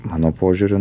mano požiūriu